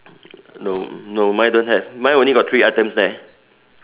no no mine don't have mine only have three items there